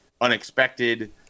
unexpected